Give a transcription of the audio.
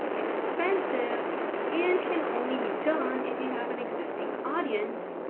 expensive and can only be done if you have an existing audience,